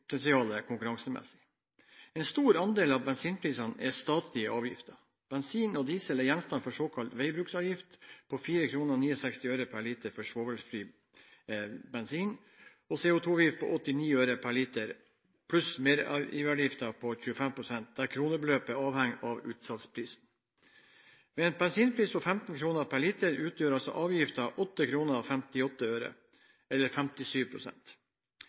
et forbedringspotensial konkurransemessig. En stor andel av bensinprisene er statlige avgifter. Bensin og diesel er gjenstand for såkalt veibruksavgift på 4,69 kr per liter for svovelfri bensin, CO2-avgift på 89 øre per liter pluss merverdiavgift på 25 pst., der kronebeløpet avhenger av utsalgsprisen. Ved en bensinpris på 15 kr per liter utgjør altså avgiften 8,58 kr, eller